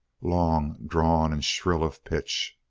long drawn and shrill of pitch,